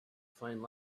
find